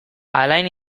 alain